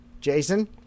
Jason